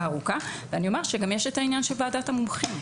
ארוכה ואני אומר שגם יש את העניין של ועדת המומחים.